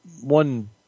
one